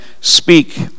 speak